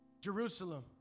Jerusalem